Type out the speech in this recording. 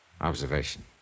Observation